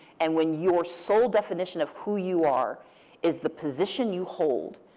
and when your sole definition of who you are is the position you hold,